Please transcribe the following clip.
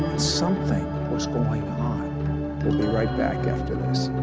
something was going on. we'll be right back after this.